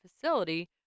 facility